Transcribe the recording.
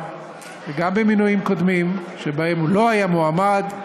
וגם במינויים קודמים שבהם הוא לא היה מועמד,